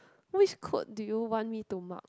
which code do you want me to mark